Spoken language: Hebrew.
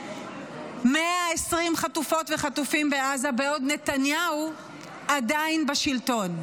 120 חטופות וחטופים בעזה בעוד נתניהו עדיין בשלטון.